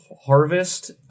harvest